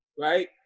Right